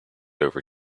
over